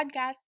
podcast